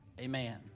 Amen